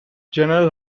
general